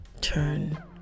turn